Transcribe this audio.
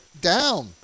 down